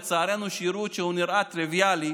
לצערנו שירות שנראה טריוויאלי